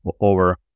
over